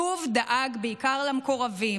שוב דאג בעיקר למקורבים,